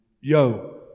yo